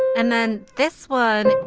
and then this one.